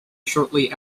shortly